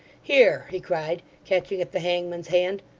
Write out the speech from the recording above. here he cried, catching at the hangman's hand.